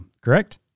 Correct